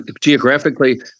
Geographically